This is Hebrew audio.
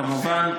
כמובן,